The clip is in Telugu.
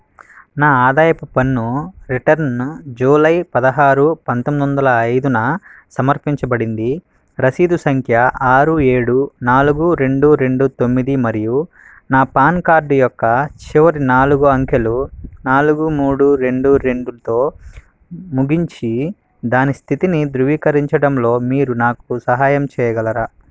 నా ఆదాయపు పన్ను రిటర్న్ జూలై పదహారు పంతొందొందల ఐదున సమర్పించబడింది రసీదు సంఖ్య ఆరు ఏడు నాలుగు రెండు రెండు తొమ్మిది మరియు నా పాన్ కార్డ్ యొక్క చివరి నాలుగు అంకెలు నాలుగు మూడు రెండు రెండుతో ముగించి దాని స్థితిని ధృవీకరించడంలో మీరు నాకు సహాయం చెయ్యగలరా